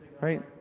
Right